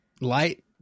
Light